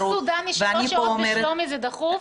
כאשר מסתובב סודני שלוש שעות בשלומי זה דחוף?